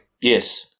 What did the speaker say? Yes